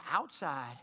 outside